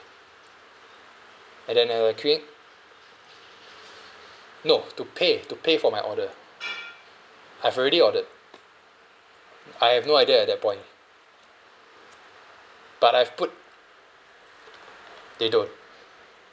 and then I were queuing no to pay to pay for my order I've already ordered I have no idea at that point but I've put they don't